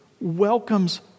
welcomes